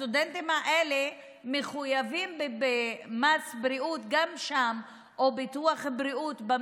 הסטודנטים האלה מחויבים במס בריאות או ביטוח בריאות גם שם,